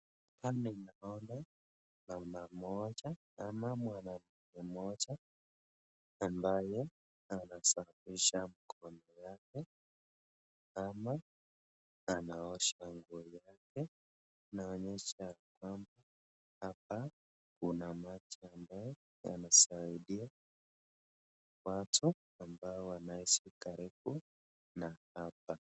Hapa ninaona mama mmoja ama mwanamke mmoja ambaye anasafisha mkono yake ama anaosha nguo yake ,inaonyesha ya kwamba hapa kuna maji ambayo yanasidia watu ambao wanaishi karibu na hapa.